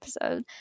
episode